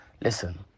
Listen